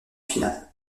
finale